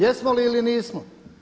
Jesmo li ili nismo.